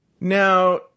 Now